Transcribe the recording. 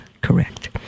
Correct